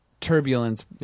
turbulence